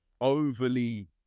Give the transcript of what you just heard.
overly